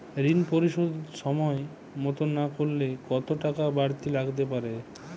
ঋন পরিশোধ সময় মতো না করলে কতো টাকা বারতি লাগতে পারে?